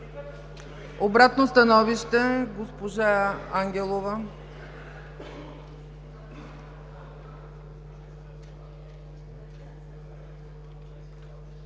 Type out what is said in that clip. Обратно становище – госпожа Ангелова.